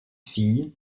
fille